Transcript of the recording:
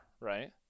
right